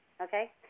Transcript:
okay